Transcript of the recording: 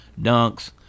dunks